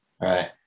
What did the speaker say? right